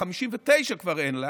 59 כבר אין לה,